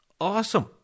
awesome